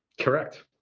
Correct